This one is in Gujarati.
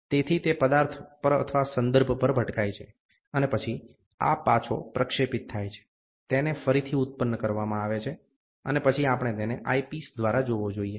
તેથી તે પદાર્થ પર અથવા સંદર્ભ પર ભટકાય છે અને પછી આ પાછો પ્રક્ષેપિત થાય છે તેને ફરીથી ઉત્પન્ન આવે છે અને પછી આપણે તેને આઈપિસ દ્વારા જોઈએ છીએ